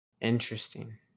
Interesting